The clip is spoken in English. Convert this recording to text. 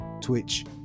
Twitch